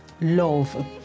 love